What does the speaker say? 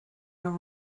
your